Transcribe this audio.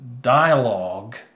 dialogue